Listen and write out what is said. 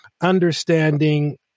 understanding